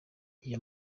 iyo